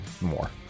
more